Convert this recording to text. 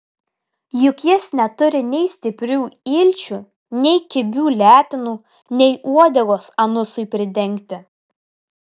juk jis neturi nei stiprių ilčių nei kibių letenų nei uodegos anusui pridengti